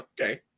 Okay